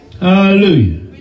Hallelujah